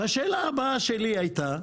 והשאלה הבאה שלי הייתה: